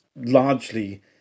largely